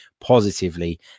positively